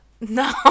no